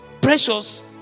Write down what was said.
precious